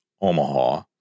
Omaha